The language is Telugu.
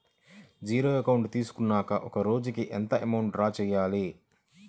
జీరో అకౌంట్ తీసుకున్నాక ఒక రోజుకి ఎంత అమౌంట్ డ్రా చేసుకోవాలి?